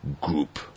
group